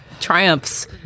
Triumphs